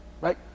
Right